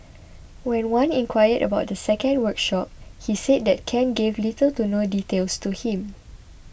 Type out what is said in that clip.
when Wan inquired about the second workshop he said that Ken gave little to no details to him